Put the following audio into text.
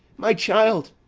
my child,